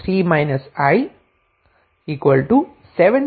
5 V મળે છે